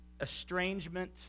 estrangement